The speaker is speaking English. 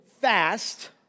fast